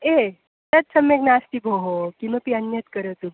एतत् सम्यक् नास्ति भोः किमपि अन्यत् करोतु